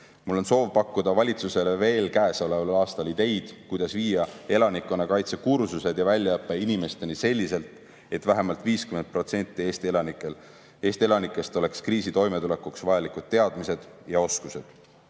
Mul on soov pakkuda valitsusele veel käesoleval aastal ideid, kuidas viia elanikkonnakaitsekursused ja ‑väljaõpe inimesteni selliselt, et vähemalt 50%‑l Eesti elanikest oleks kriisiga toimetulekuks vajalikud teadmised ja oskused. Kuid